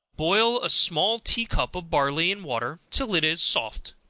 boil a small tea-cup of barley in water till it is soft,